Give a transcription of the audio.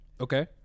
Okay